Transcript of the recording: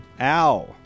Ow